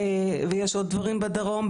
ויש עוד דברים בדרום.